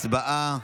הצבעה.